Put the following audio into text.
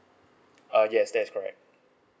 uh yes that is correct